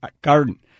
Garden